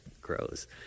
grows